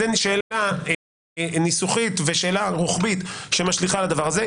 זו שאלה ניסוחית ושאלה רוחבית שמשליכה על הדבר הזה.